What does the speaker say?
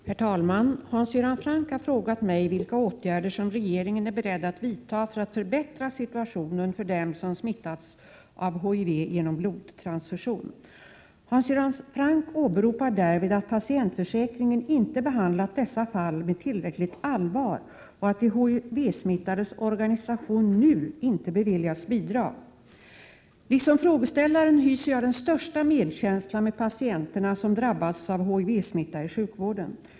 Herr talman! Hans Göran Franck har frågat mig vilka åtgärder regeringen är beredd att vidta för att förbättra situationen för dem som smittats av HIV genom blodtransfusion. Hans Göran Franck åberopar därvid att patientförsäkringen inte behandlat dessa fall med tillräckligt allvar och att de HTV-smittades organisation NU inte beviljats bidrag. Liksom frågeställaren hyser jag den största medkänsla med patienterna som drabbats av HIV-smitta i sjukvården.